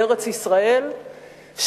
בארץ-ישראל,